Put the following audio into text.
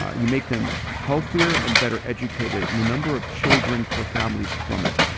you make them healthier and better educated and the number of children per family plummet.